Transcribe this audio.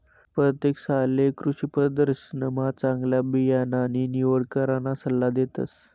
परतेक सालले कृषीप्रदर्शनमा चांगला बियाणानी निवड कराना सल्ला देतस